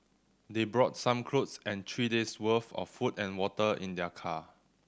they brought some clothes and three days' worth of food and water in their car